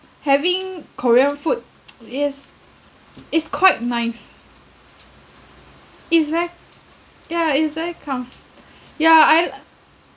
having korean food yes it's quite nice is very ya is very comfo~ yeah I l~